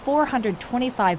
$425